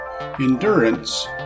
endurance